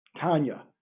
Tanya